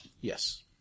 Yes